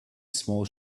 small